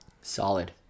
Solid